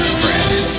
friends